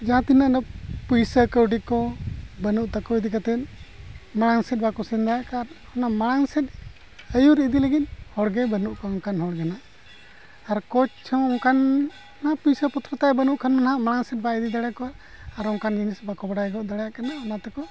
ᱡᱟᱦᱟᱸᱭ ᱛᱤᱱᱟᱹᱜ ᱚᱱᱟ ᱯᱩᱭᱥᱟᱹ ᱠᱟᱹᱣᱰᱤ ᱠᱚ ᱵᱟᱹᱱᱩᱜ ᱛᱟᱠᱚ ᱤᱫᱤ ᱠᱟᱛᱮᱫ ᱢᱟᱲᱟᱝ ᱥᱮᱫ ᱵᱟᱠᱚ ᱥᱮᱱ ᱫᱟᱲᱮᱭᱟᱜ ᱠᱟᱱᱟ ᱟᱨ ᱚᱱᱟ ᱢᱟᱲᱟᱝ ᱥᱮᱫ ᱟᱭᱩᱨ ᱤᱫᱤ ᱞᱟᱹᱜᱤᱫ ᱦᱚᱲ ᱜᱮ ᱵᱟᱹᱱᱩᱜ ᱠᱚᱣᱟ ᱚᱱᱠᱟᱱ ᱦᱚᱲ ᱜᱮ ᱱᱟᱦᱟᱜ ᱟᱨ ᱦᱚᱸ ᱚᱱᱠᱟᱱ ᱯᱩᱭᱥᱟᱹ ᱯᱟᱹᱛᱤ ᱠᱚ ᱛᱟᱭ ᱵᱟᱹᱱᱩᱜ ᱠᱷᱟᱱ ᱱᱟᱦᱟᱜ ᱢᱟᱲᱟᱝ ᱥᱮᱫ ᱵᱟᱭ ᱤᱫᱤ ᱫᱟᱲᱮ ᱟᱠᱚᱣᱟ ᱟᱨ ᱚᱱᱠᱟᱱ ᱡᱤᱱᱤᱥ ᱵᱟᱠᱚ ᱵᱟᱰᱟᱭ ᱜᱚᱫ ᱫᱟᱲᱮᱭᱟᱜ ᱠᱟᱱᱟ ᱚᱱᱟᱛᱮᱠᱚ